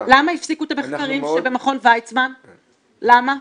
למה הפסיקו את המחקרים שבמכון ויצמן, למה?